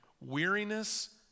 Weariness